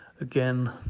again